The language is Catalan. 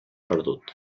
perdut